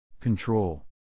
Control